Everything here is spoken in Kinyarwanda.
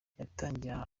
yatangiye